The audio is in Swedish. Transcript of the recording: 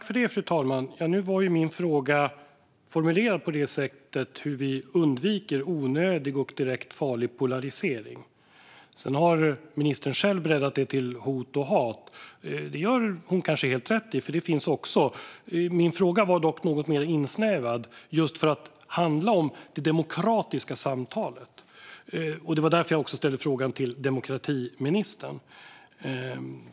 Fru talman! Nu var min fråga formulerad på det sättet att den handlade om hur vi undviker onödig och direkt farlig polarisering. Sedan har ministern själv breddat det till hot och hat. Det gör hon kanske helt rätt i, för detta finns också, men min fråga var dock något mer insnävad just för att den skulle handla om det demokratiska samtalet. Det var också därför jag ställde frågan till demokratiministern.